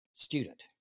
student